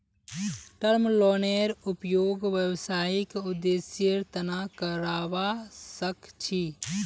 term लोनेर उपयोग व्यावसायिक उद्देश्येर तना करावा सख छी